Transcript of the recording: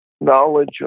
knowledge